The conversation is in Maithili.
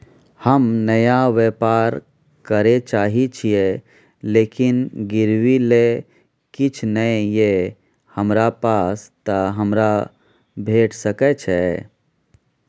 हम नया व्यवसाय करै चाहे छिये लेकिन गिरवी ले किछ नय ये हमरा पास त हमरा भेट सकै छै?